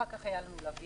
אחר כך היה לנו לוויין.